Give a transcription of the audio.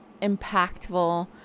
impactful